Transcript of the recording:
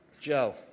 Joe